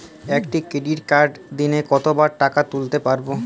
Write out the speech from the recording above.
একটি ডেবিটকার্ড দিনে কতবার টাকা তুলতে পারব?